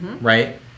right